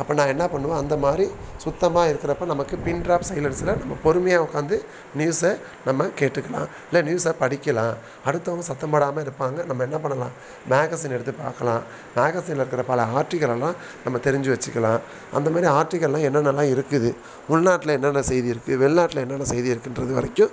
அப்போ நான் என்ன பண்ணுவேன் அந்த மாதிரி சுத்தமாக இருக்கிறப்ப நமக்கு பின் ட்ராப் சைலன்ஸில் நம்ம பொறுமையாக உக்காந்து நியூஸை நம்ம கேட்டுக்கலாம் இல்லை நியூஸை படிக்கலாம் அடுத்தவங்க சத்தம் போடாமல் இருப்பாங்க நம்ம என்ன பண்ணலாம் மேகஸின் எடுத்துப் பார்க்கலாம் மேகஸினில் இருக்கிற பல ஆர்டிக்களெல்லாம் நம்ம தெரிஞ்சு வச்சுக்கலாம் அந்த மாதிரி ஆர்டிக்கள்லாம் என்னென்னலாம் இருக்குது உள்நாட்டில் என்னென்ன செய்தி இருக்குது வெளிநாட்டில் என்னென்ன செய்தி இருக்குன்றது வரைக்கும்